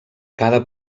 cada